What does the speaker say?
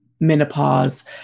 menopause